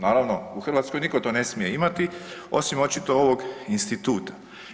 Naravno, u Hrvatskoj nitko to ne smije imati osim očito ovog instituta.